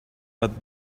but